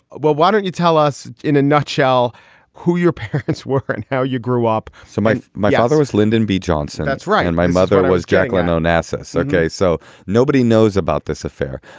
well, why don't you tell us in a nutshell who your parents were and how you grew up? so my my father was lyndon b johnson that's right. and my mother was jacqueline onassis. okay. so nobody knows about this affair?